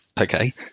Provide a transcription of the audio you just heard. Okay